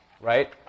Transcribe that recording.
right